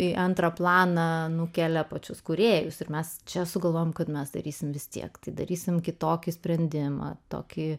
į antrą planą nukelia pačius kūrėjus ir mes čia sugalvojom kad mes darysime vis tiek tai darysime kitokį sprendimą tokį